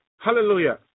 Hallelujah